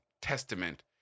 testament